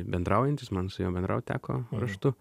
bendraujantis man su juo bendraut teko raštu